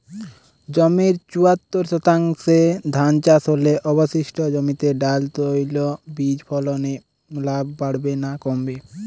জমির চুয়াত্তর শতাংশে ধান চাষ হলে অবশিষ্ট জমিতে ডাল তৈল বীজ ফলনে লাভ বাড়বে না কমবে?